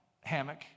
hammock